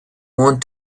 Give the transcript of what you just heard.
want